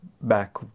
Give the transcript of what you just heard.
back